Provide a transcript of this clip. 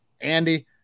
Andy